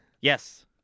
Yes